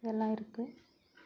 இதெல்லாம் இருக்குது